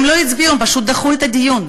הם לא הצביעו, הם פשוט דחו את הדיון,